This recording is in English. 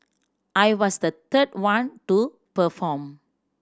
I was the third one to perform